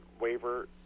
Waiver